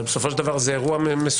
אבל בסופו של דבר זה אירוע מסוים,